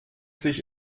sich